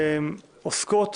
עוסקות